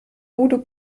voodoo